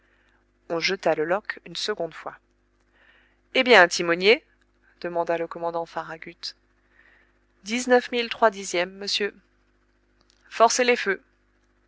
on jeta le loch une seconde fois eh bien timonier demanda le commandant farragut dix neuf milles trois dixièmes monsieur forcez les feux